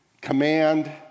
Command